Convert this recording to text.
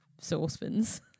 saucepans